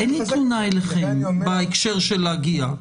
אין לי תלונה אליכם בהקשר של הגעה.